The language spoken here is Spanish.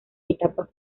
etapas